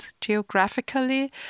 geographically